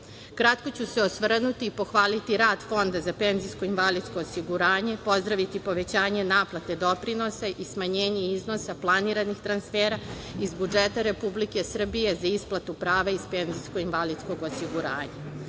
ću se osvrnuti i pohvaliti rad Fonda za penzijsko i invalidsko osiguranje, pozdraviti povećanje naplate doprinosa i smanjenje iznosa planiranih transfera iz budžeta Republike Srbije za isplatu prava iz penzijsko-invalidsko osiguranja. Na